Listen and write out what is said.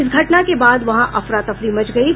इस घटना के बाद वहां अफरा तफरी मच गयी